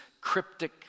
cryptic